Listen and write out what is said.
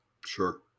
Sure